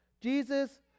Jesus